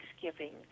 thanksgiving